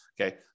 Okay